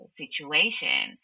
situation